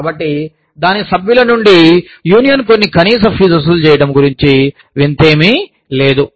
కాబట్టి దాని సభ్యుల నుండి యూనియన్ కొన్ని కనీస ఫీజులు వసూలు చేయడం గురించి వింత ఏమీ లేదు